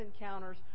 encounters